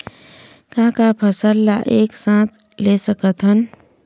का का फसल ला एक साथ ले सकत हन?